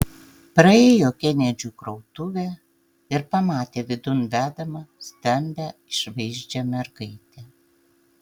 praėjo kenedžių krautuvę ir pamatė vidun vedamą stambią išvaizdžią mergaitę